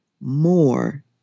more